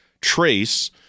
trace